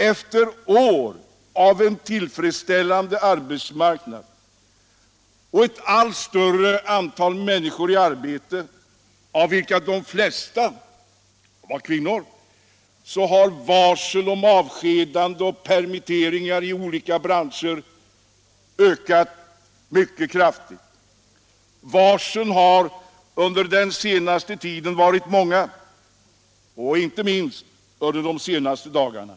Efter år av en tillfredsställande arbetsmarknad och ett allt större antal människor i arbete — av vilka de flesta nytillkommande var kvinnor — har varsel om avskedanden och permitteringar i olika branscher ökat mycket kraftigt. Varslen har under den senaste tiden varit många, inte minst under de senaste dagarna.